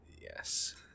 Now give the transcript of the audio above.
Yes